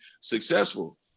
successful